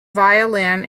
violin